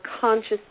conscious